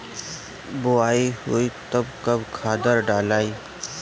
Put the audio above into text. बोआई होई तब कब खादार डालाई?